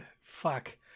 fuck